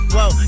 Whoa